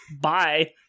Bye